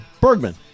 Bergman